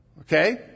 Okay